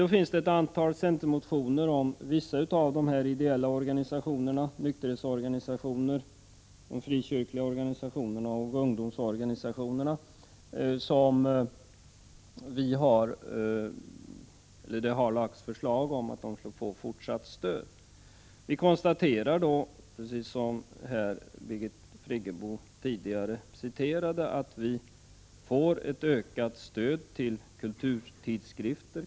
Det finns ett antal centermotioner som gäller vissa av dessa ideella organisationer: Det har framlagts förslag om att nykterhetsorganisationer, de frikyrliga organisationerna och ungdomsorganisationerna skulle få fortsatt stöd. Vi konstaterar, som Birgit Friggebo tidigare citerade, att vi får ett ökat stöd till kulturtidskrifter.